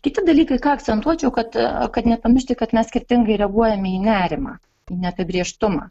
kiti dalykai ką akcentuočiau kad kad nepamiršti kad mes skirtingai reaguojame į nerimą į neapibrėžtumą